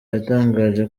yatangaje